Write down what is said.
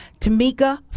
Tamika